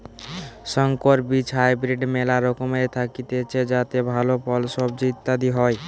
সংকর বীজ হাইব্রিড মেলা রকমের থাকতিছে যাতে ভালো ফল, সবজি ইত্যাদি হয়